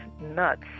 nuts